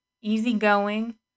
easygoing